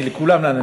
אני לכולם נתתי.